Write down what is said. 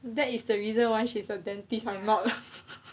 that is the reason why she's a dentist I'm not